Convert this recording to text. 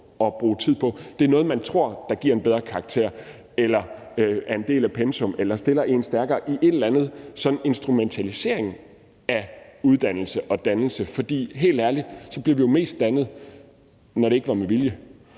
at bruge tid på, er noget, man tror giver en bedre karakter eller er en del af pensum eller stiller en stærkere i en eller anden sådan instrumentalisering af uddannelse og dannelse, for – helt ærligt – vi bliver jo mest dannet, når det ikke var med vilje.